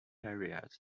areas